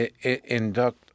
induct